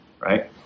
right